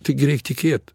taigi reik tikėt